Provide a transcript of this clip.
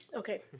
okay.